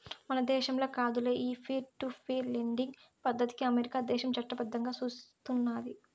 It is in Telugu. మన దేశంల కాదులే, ఈ పీర్ టు పీర్ లెండింగ్ పద్దతికి అమెరికా దేశం చట్టబద్దంగా సూస్తున్నాది